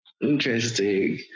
Interesting